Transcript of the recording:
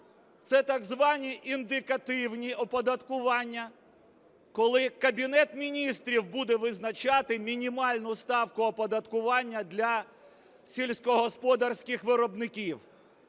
Це так звані індикативні оподаткування, коли Кабінет Міністрів буде визначати мінімальну ставку оподаткування для сільськогосподарських виробників,